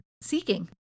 seeking